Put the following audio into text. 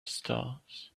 stars